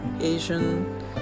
asian